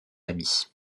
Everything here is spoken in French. amis